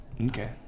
Okay